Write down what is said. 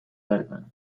bertan